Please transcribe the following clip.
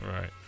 Right